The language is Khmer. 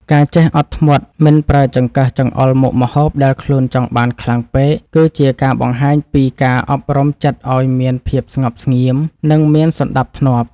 ការចេះអត់ធ្មត់មិនប្រើចង្កឹះចង្អុលមុខម្ហូបដែលខ្លួនចង់បានខ្លាំងពេកគឺជាការបង្ហាញពីការអប់រំចិត្តឱ្យមានភាពស្ងប់ស្ងៀមនិងមានសណ្តាប់ធ្នាប់។